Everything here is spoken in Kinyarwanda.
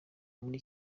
muri